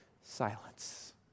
Silence